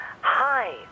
hi